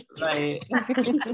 Right